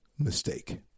mistake